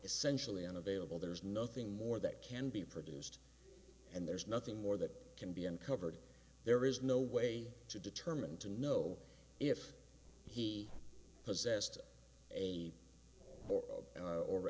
essentially unavailable there's nothing more that can be produced and there's nothing more that can be uncovered there is no way to determine to know if he possessed a